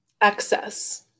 excess